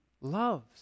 loves